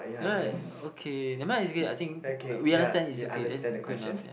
okay never mind it's okay I think we understand it's okay then it's good enough yeah